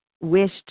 wished